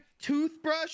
toothbrush